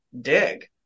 dig